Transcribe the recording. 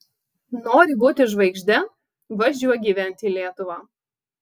nori būti žvaigžde važiuok gyventi į lietuvą